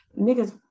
Niggas